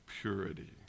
purity